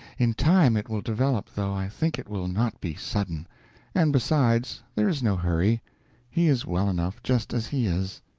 in time it will develop, though i think it will not be sudden and besides, there is no hurry he is well enough just as he is.